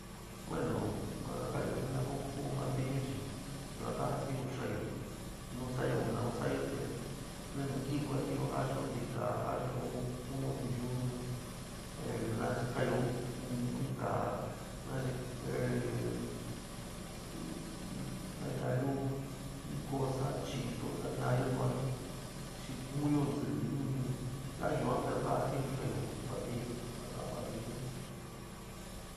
Bueno ka ja ka'anyo ni a ku martillú un chi yuan kajatiún xa'anyo nu sa'ayo in nu sa'ayo te nteuni in ku ja ja'axío ntikaá, ja'axio in, ku'unyo in yunú, ehh naska'ayo in kaá naxi tañaáyaño, in cosa chido tañañó su'a jin xi kunyó sikɨ in yáa yuan pero ka jatiún xaányo martillú, un taka martillú un.